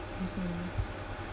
mmhmm